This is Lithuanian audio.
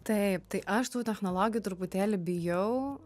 taip tai aš tų technologijų truputėlį bijau